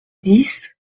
dix